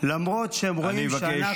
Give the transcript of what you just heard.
למרות שהם רואים שאנחנו --- אני מבקש,